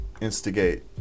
instigate